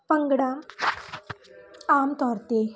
ਭੰਗੜਾ ਆਮ ਤੌਰ 'ਤੇ